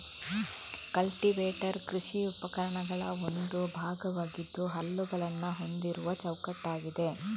cultivator ಕೃಷಿ ಉಪಕರಣಗಳ ಒಂದು ಭಾಗವಾಗಿದ್ದು ಹಲ್ಲುಗಳನ್ನ ಹೊಂದಿರುವ ಚೌಕಟ್ಟಾಗಿದೆ